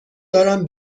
دارم